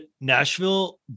Nashville